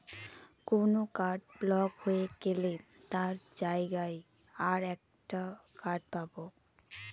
কোন card block হয়ে গেলে তার জায়গায় আর একটা কার্ড পাবো